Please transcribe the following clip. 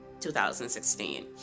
2016